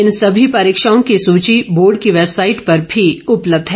इन सभी परीक्षाओं की सूची बोर्ड की वैबसाईट पर भी उपलब्ध हैं